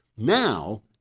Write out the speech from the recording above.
Now